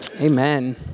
Amen